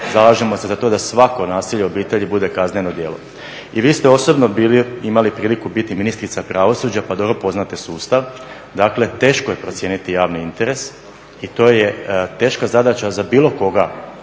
zalažemo se za to da svako nasilje u obitelji bude kazneno djelo. I vi ste osobno imali priliku biti ministrica pravosuđa pa dobro poznajete sustava, dakle teško je procijeniti javni interes i to je teška zadaća za bilo koga